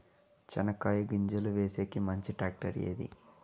చెనక్కాయ గింజలు వేసేకి మంచి టాక్టర్ ఏది?